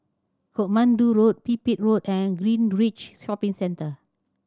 Katmandu Road Pipit Road and Greenridge Shopping Centre